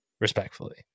respectfully